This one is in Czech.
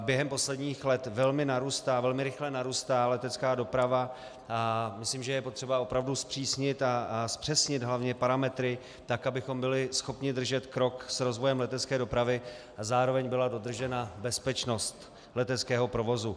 Během posledních let velmi rychle narůstá letecká doprava a myslím, že je potřeba opravdu zpřísnit a zpřesnit hlavně parametry, tak abychom byli schopni držet krok s rozvojem letecké dopravy a zároveň byla dodržena bezpečnost leteckého provozu.